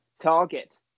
Target